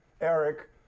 Eric